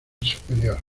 superior